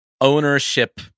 ownership